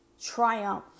triumph